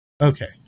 Okay